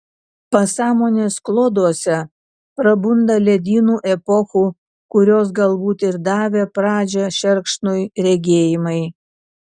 pasąmonės kloduose prabunda ledynų epochų kurios galbūt ir davė pradžią šerkšnui regėjimai